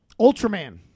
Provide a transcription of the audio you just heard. Ultraman